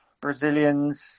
Brazilians